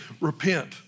repent